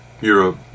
Europe